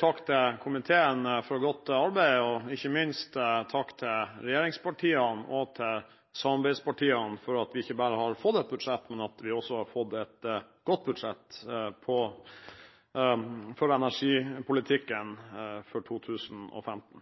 takk til komiteen for godt arbeid, og ikke minst takk til regjeringspartiene og til samarbeidspartiene for at vi ikke bare har fått et budsjett, men også har fått et godt budsjett for energipolitikken for 2015.